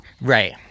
right